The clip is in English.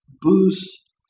boost